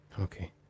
Okay